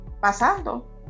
pasando